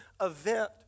event